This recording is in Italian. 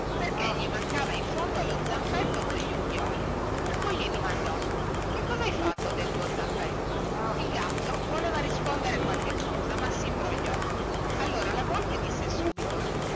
perché gli mancava in fondo tutto lo zampetto cogli unghioli per cui gli domandò che cosa hai fatto del tuo zampetto il gatto voleva rispondere qualche cosa ma simbrogliò allora la volpe disse subito